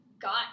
got